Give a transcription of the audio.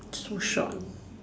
so short